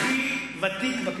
הכי ותיק.